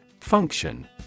Function